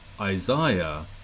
Isaiah